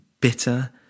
bitter